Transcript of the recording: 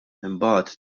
imbagħad